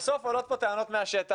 בסוף עולות כאן טענות מהשטח,